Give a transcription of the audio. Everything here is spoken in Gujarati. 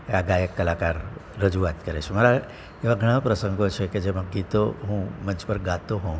આ ગાયક કલાકાર રજૂઆત કરે છે બરાબર એવા ઘણા પ્રસંગો છે કે જેમાં ગીતો હું મંચ પર ગાતો હોવ